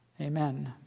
Amen